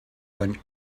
went